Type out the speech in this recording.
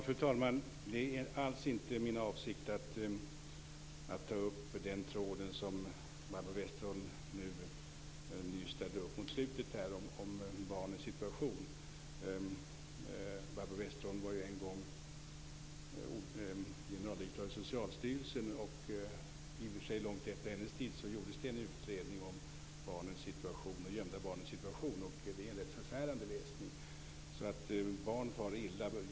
Fru talman! Det är alls inte min avsikt att ta upp den tråd som Barbro Westerholm nu nystade upp mot slutet om barnens situation. Barbro Westerholm var en gång generaldirektör för Socialstyrelsen, och i och för sig långt efter hennes tid gjordes det en utredning om de gömda barnens situation, och det är förfärlig läsning.